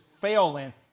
failing